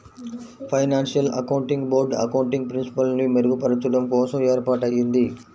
financial accounting board accounting ప్రిన్సిపల్స్ని మెరుగుచెయ్యడం కోసం ఏర్పాటయ్యింది